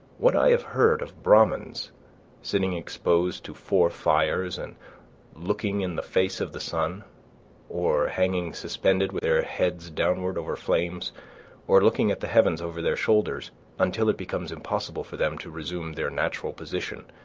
what i have heard of bramins sitting exposed to four fires and looking in the face of the sun or hanging suspended, with their ah heads downward, over flames or looking at the heavens over their shoulders until it becomes impossible for them to resume their natural position,